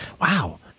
wow